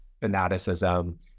fanaticism